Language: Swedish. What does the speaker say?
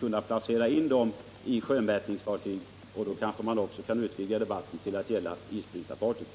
genom att placera in dem på sjömätningsfartyg. Därvid kan man också utvidga debatten till att gälla isbrytarfartyg.